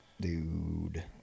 dude